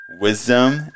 wisdom